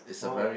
oh I